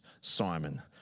Simon